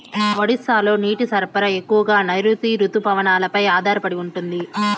ఒడిశాలో నీటి సరఫరా ఎక్కువగా నైరుతి రుతుపవనాలపై ఆధారపడి ఉంటుంది